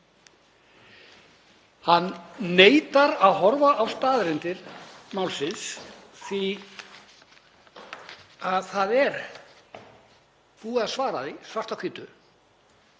Hann neitar að horfa á staðreyndir málsins því að það er búið að svara því svart á hvítu